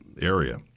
area